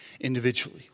individually